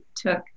took